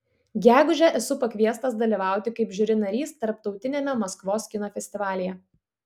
gegužę esu pakviestas dalyvauti kaip žiuri narys tarptautiniame maskvos kino festivalyje